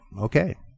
Okay